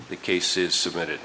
the case is submitted